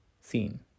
seen